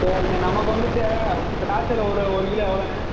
சரிண்ணே நமக்கு வந்துட்டு திராட்சையில் ஒரு ஒரு கிலோ எவ்வளோண்ணே